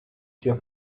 your